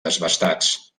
desbastats